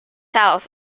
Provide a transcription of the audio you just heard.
south